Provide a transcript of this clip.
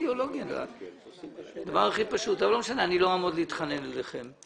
לא משנה, אני לא אתחנן בפניכם.